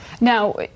Now